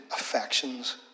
affections